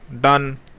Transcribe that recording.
done